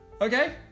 Okay